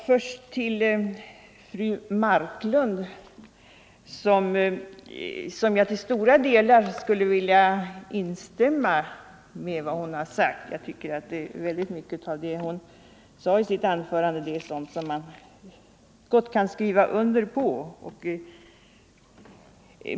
Herr talman! Jag skulle till stora delar vilja instämma i vad fru Marklund har sagt — mycket av det är sådant som man gott kan skriva under.